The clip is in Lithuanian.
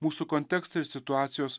mūsų kontekstai ir situacijos